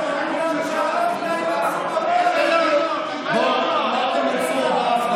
זה בגלל שהלכת עם מנסור עבאס,